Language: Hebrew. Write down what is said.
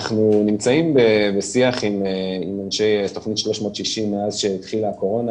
אנחנו נמצאים בשיח עם אנשי תוכנית 360 מאז שהתחילה הקורונה